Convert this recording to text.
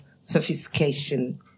sophistication